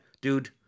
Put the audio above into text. dude